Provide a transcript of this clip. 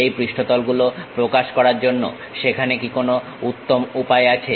এই পৃষ্ঠতল গুলো প্রকাশ করার জন্য সেখানে কি কোনো উত্তম উপায় আছে